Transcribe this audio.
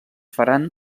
faran